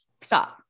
stop